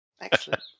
Excellent